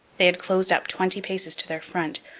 they had closed up twenty paces to their front,